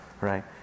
right